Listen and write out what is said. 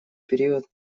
период